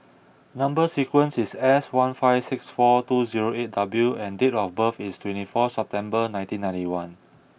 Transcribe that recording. number sequence is S one five six four two zero eight W and date of birth is twenty four September nineteen ninety one